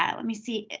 yeah let me see.